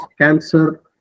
cancer